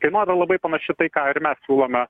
kainodara labai panaši tai ką ir mes siūlome